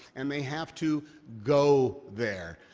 and they have to go there.